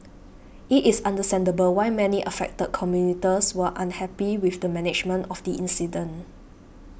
it is understandable why many affected commuters were unhappy with the management of the incident